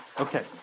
Okay